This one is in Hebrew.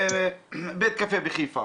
בבית קפה בחיפה